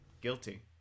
Guilty